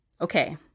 Okay